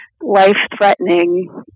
life-threatening